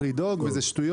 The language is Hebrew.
צריך לדאוג בעניין הזה.